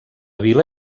vila